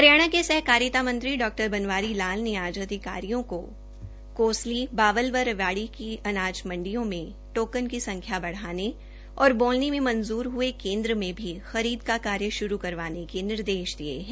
हरियाणा के सहकारिता डा बनवारी लाल ने आज अधिकारियों को कोसली वावल व रेवाड़ी की अनाज मंडियों में टोकन की संख्या ब्ढ़ाने और बोलनी मं मंजूर हये केन्द्र में भी खरीद का कार्य श्रू करवाने के निर्देश दिये है